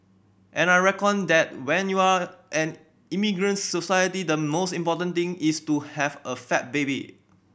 and I reckon that when you are an immigrant society the most important thing is to have a fat baby